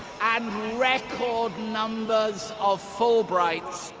and record numbers of fulbrights.